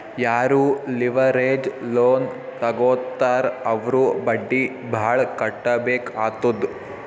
ಯಾರೂ leverage loan ತಗೋತ್ತಾರ್ ಅವ್ರು ಬಡ್ಡಿ ಭಾಳ್ ಕಟ್ಟಬೇಕ್ ಆತ್ತುದ್